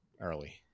early